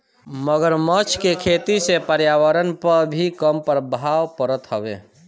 मगरमच्छ के खेती से पर्यावरण पअ भी कम प्रभाव पड़त हवे